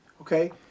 Okay